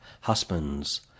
Husbands